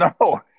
No